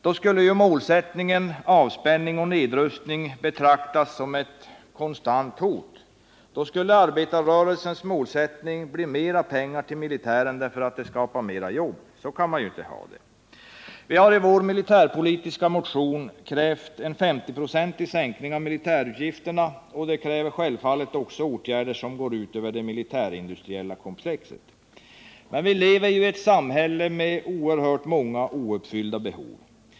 Då skulle ju målsättningen — avspänning och nedrustning — betraktas som ett konstant hot. Då skulle också arbetarrörelsens målsättning bli mer pengar till militären därför att det skapar mer jobb. Så kan man ju inte ha det. Vi har i vår militärpolitiska motion krävt en 50-procentig sänkning av militärutgifterna, och det fordrar självfallet också åtgärder som går ut över det militärindustriella komplexet. Vi lever i ett samhälle med oerhört många och ouppfyllda behov.